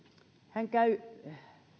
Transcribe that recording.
hän käy